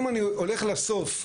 אם אני הולך לסוף,